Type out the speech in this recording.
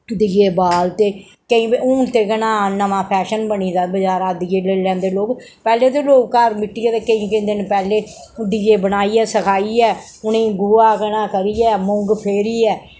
दिये बालदे केई ते हून ते केह् नां नमां फैशन बनी दा बजारा दिये लेई लैंदे लोक पैह्लें ते लोक घर मिट्टिये दे केईं केईं दिन पैह्लें दिये बनाइयै सखाइयै उ'नें गोहा कना करियै मुंग फेरियै